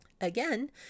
Again